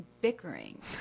bickering